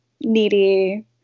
needy